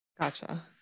Gotcha